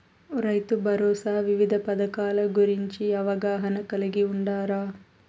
రైతుభరోసా వివిధ పథకాల గురించి అవగాహన కలిగి వుండారా?